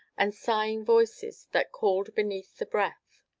and sighing voices that called beneath the breath.